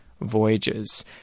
voyages